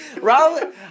Rob